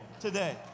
today